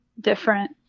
different